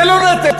זה לא נטל,